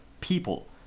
people